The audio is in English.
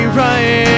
right